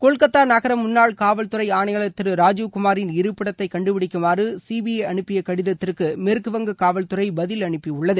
கொல்கத்தா நகர முன்னாள் காவல்துறை ஆணையாளர் திரு ராஜீப் குமாரின் இருப்பிடத்தை கண்டுபிடிக்குமாறு சிபிஐ அனுப்பிய கடிதத்திற்கு மேற்குவங்க காவல்துறை பதில் அனுப்ப டெள்ளது